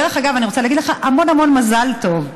דרך אגב, אני רוצה להגיד לך המון המון מזל טוב.